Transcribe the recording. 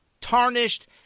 tarnished